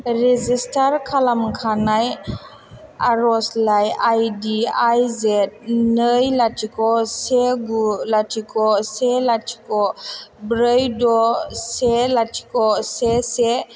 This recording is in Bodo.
रेजिस्टार खालामखानाय आर'जलाइ आइ डि आइ जेट नै लाथिख' से गु लाथिख' से लाथिख' ब्रै द' से लाथिख' से से